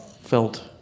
felt